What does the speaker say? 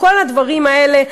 או כל הדברים האלה: